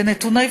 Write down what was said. בנתוני,